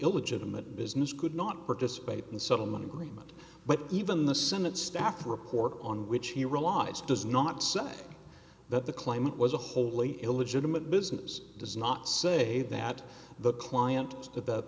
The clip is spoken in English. illegitimate business could not participate in settlement agreement but even the senate staff report on which he relies does not say that the climate was a wholly illegitimate business does not say that the client